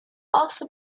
also